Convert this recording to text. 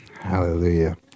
Hallelujah